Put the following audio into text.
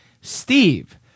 Steve